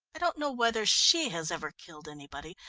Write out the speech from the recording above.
i don't know whether she has ever killed anybody,